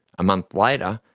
a month later,